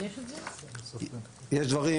יש דברים